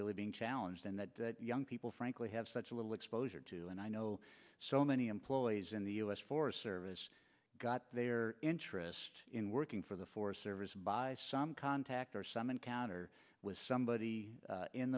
really being challenged and that young people frankly have such little exposure to and i know so many employees in the u s forest service got their interest in working for the forest service by some contact or some encounter with somebody